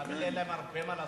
תאמין לי, אין להם הרבה מה לעשות.